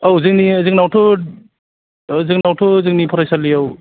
औ जोंनि जोंनावथ' जोंनावथ' जोंनि फरायसालियाव